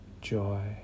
joy